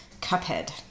cuphead